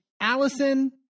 Allison